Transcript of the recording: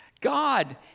God